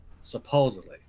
supposedly